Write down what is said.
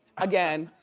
again,